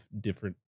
different